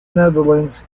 netherlands